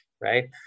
right